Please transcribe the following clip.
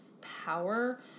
power